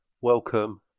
welcome